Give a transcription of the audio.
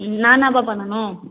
ம் நான் என்னாப்பா பண்ணனும்